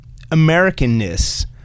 Americanness